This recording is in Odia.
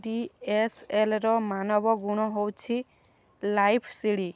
ଡିଏସ୍ଏଲ୍ର ମାନବ ଗୁଣ ହେଉଛି ଲାଇଫ୍ ସିଡ଼ି